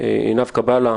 עינב קאבלה,